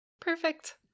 Perfect